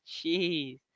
Jeez